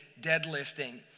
deadlifting